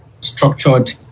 structured